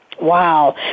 Wow